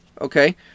Okay